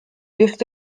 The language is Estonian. just